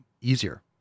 easier